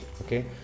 okay